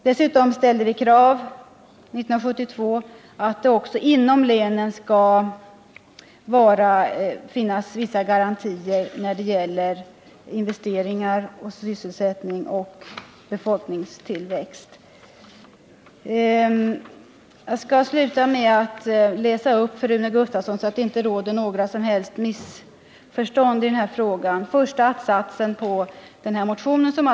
Dessutom ställde vi år 1972 krav på att det också inom länen skall finnas vissa garantier när det gäller investeringar, sysselsättning och befolkningstillväxt. Jag skall sluta mitt anförande med att läsa upp för Rune Gustavsson — så att det inte längre råder några som helst missförstånd i den här frågan — den första att-satsen i den här motionen.